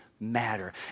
matter